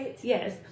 Yes